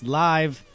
live